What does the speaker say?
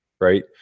right